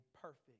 perfect